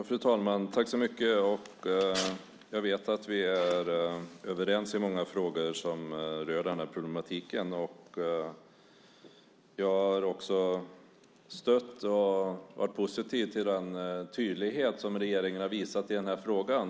Fru talman! Jag vet att vi är överens i många frågor som rör problemet. Jag har också stött och varit positiv till den tydlighet som regeringen har visat i frågan.